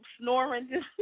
snoring